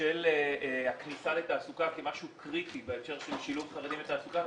של הכניסה לתעסוקה כיוון שהוא קריטי בהקשר של שילוב חרדים בתעסוקה,